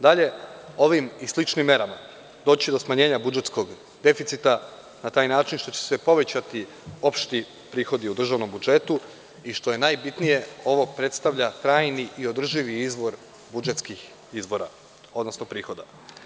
Dalje, ovim i sličnim merama doći će do smanjenja budžetskog deficita, tako što će se povećati opšti prihodi u državnom budžetu i što je najbitnije ovo predstavlja krajnji i neodrživi izvor budžetskih prihoda.